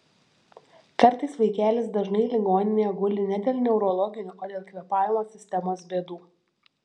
kartais vaikelis dažnai ligoninėje guli ne dėl neurologinių o dėl kvėpavimo sistemos bėdų